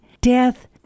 death